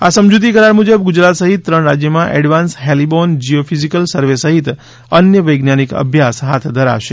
આ સમજૂતી કરાર મુજબ ગુજરાત સહિત ત્રણ રાજ્યોમાં એડવાન્સ હેલિબોર્ન જિયોફિઝિકલ સર્વે સહિત અન્ય વૈજ્ઞાનિક અભ્યાસ હાથ ધરાશે